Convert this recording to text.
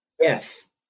Yes